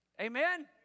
Amen